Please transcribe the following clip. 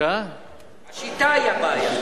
השיטה היא הבעיה.